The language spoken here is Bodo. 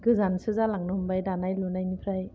गोजानसो जालांनो हमबाय दानाय लुनायनिफ्राय